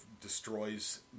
destroys